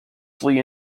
flee